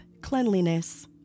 cleanliness